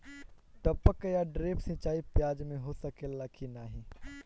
टपक या ड्रिप सिंचाई प्याज में हो सकेला की नाही?